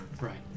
Right